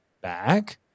back